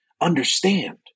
understand